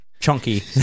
chunky